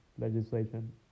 legislation